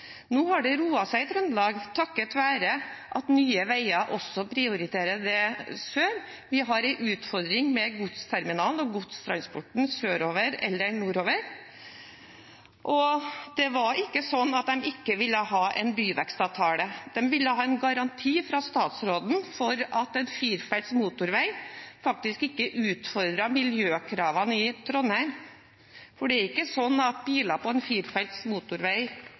Nå har det roet seg i Trøndelag, takket være at Nye Veier også prioriterer det i sør. Vi har en utfordring med godsterminalen og godstransporten sørover eller nordover. Og det var ikke sånn at de ikke ville ha en byvekstavtale. De ville ha en garanti fra statsråden for at en firefelts motorvei faktisk ikke utfordret miljøkravene i Trondheim, for det er ikke sånn at biler på en firefelts motorvei